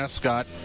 Escott